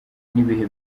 n’ibihe